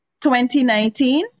2019